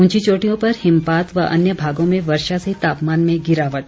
ऊंची चोटियों पर हिमपात व अन्य भागों में वर्षा से तापमान में गिरावट